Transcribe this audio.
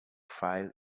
file